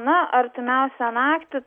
na artimiausią naktį